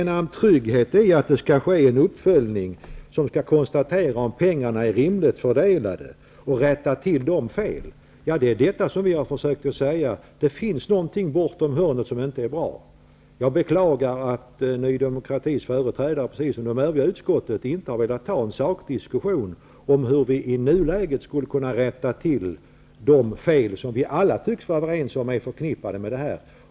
Vi har försökt att säga att det finns något bortom krönet som inte är bra, i stället för att känna en trygghet i att det skall ske en uppföljning som skall konstatera om pengarna är rimligt fördelade och sedan rätta till felen. Jag beklagar att Ny demokratis företrädare, precis som de övriga i utskottet, inte har velat ha en sakdiskussion om hur vi i nuläget skall kunna rätta till de fel som vi i alla tycks vara överens om är förknippade med detta.